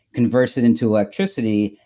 converts it into electricity,